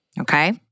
okay